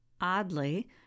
Oddly